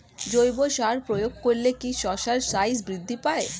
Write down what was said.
জৈব সার প্রয়োগ করলে কি শশার সাইজ বৃদ্ধি পায়?